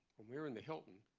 when we were in the hilton